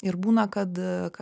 ir būna kad ka